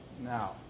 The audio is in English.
now